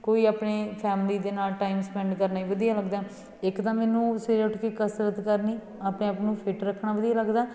ਕੋਈ ਆਪਣੇ ਫੈਮਲੀ ਦੇ ਨਾਲ ਟਾਈਮ ਸਪੈਂਡ ਕਰਨਾ ਹੀ ਵਧੀਆ ਲੱਗਦਾ ਇੱਕ ਤਾਂ ਮੈਨੂੰ ਸਵੇਰੇ ਉੱਠ ਕੇ ਕਸਰਤ ਕਰਨੀ ਆਪਣੇ ਆਪ ਨੂੰ ਫਿਟ ਰੱਖਣਾ ਵਧੀਆ ਲੱਗਦਾ